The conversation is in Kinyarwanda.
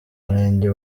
murenge